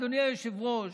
אדוני היושב-ראש,